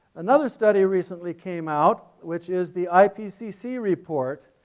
another study recently came out which is the ipcc report,